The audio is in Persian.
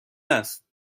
است